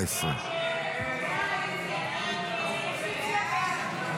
14. הסתייגות 14 לא